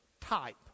type